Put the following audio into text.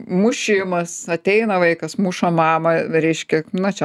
mušimas ateina vaikas muša mamą reiškia na čia